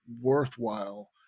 worthwhile